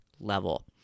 level